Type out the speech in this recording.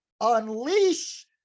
unleash